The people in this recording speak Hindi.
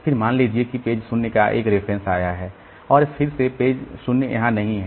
फिर मान लीजिए कि पेज 0 का एक रेफरेंस है और फिर से पेज 0 यहाँ नहीं है